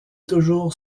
toujours